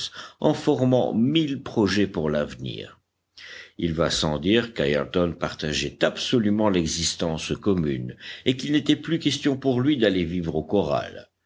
en formant mille projets pour l'avenir il va sans dire qu'ayrton partageait absolument l'existence commune et qu'il n'était plus question pour lui d'aller vivre